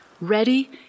ready